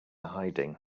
hiding